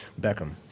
Beckham